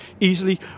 easily